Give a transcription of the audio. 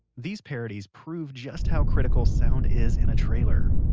these parodies prove just how critical sound is in a trailer.